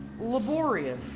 Laborious